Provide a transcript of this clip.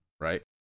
right